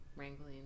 wrangling